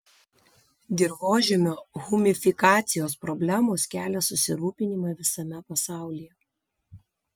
dirvožemio humifikacijos problemos kelia susirūpinimą visame pasaulyje